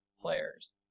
players